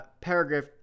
paragraph